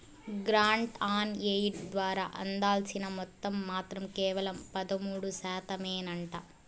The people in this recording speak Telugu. గ్రాంట్ ఆన్ ఎయిడ్ ద్వారా అందాల్సిన మొత్తం మాత్రం కేవలం పదమూడు శాతమేనంట